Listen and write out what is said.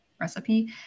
recipe